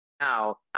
now